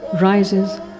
rises